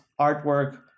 artwork